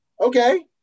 okay